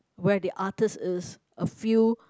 where the artist is a few